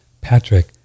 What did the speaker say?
patrick